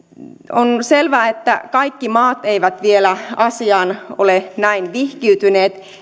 on selvää että kaikki maat eivät vielä asiaan ole näin vihkiytyneet